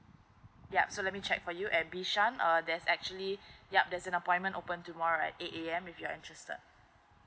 yup so let me check for you at bishan uh there's actually yup that's appointment open tomorrow at eight A_M if you are interested